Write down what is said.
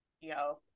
Yo